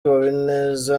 habineza